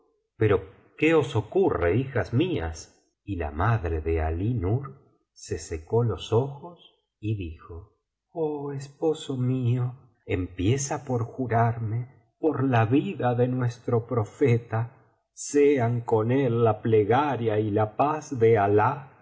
pero qué os ocurre hijas mías y la madre de alí nur se secó los ojos y dijo oh esposo mío empieza por jurarme por la vida de nuestro profeta sean con él la plegaria y la paz de